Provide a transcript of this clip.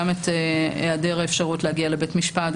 גם את היעדר האפשרות להגיע לבית משפט,